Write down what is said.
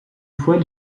fois